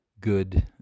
good